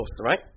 right